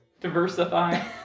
Diversify